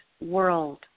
world